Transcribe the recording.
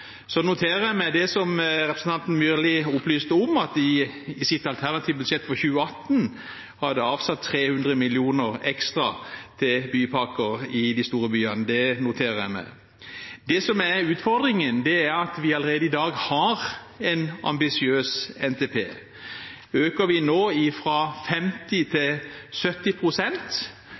Så noterer jeg meg det representanten Myrli opplyste om, at de i sitt alternative budsjett for 2018 har avsatt 300 mill. kr ekstra til bypakker i de store byene. Det noterer jeg meg. Det som er utfordringen, er at vi allerede i dag har en ambisiøs NTP. Øker vi nå finansieringen fra 50 pst. til